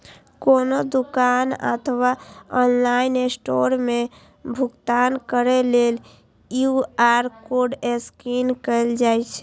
कोनो दुकान अथवा ऑनलाइन स्टोर मे भुगतान करै लेल क्यू.आर कोड स्कैन कैल जाइ छै